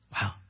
Wow